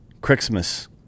Christmas